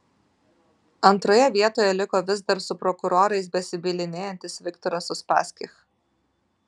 antroje vietoje liko vis dar su prokurorais besibylinėjantis viktoras uspaskich